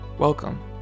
Welcome